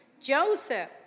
Joseph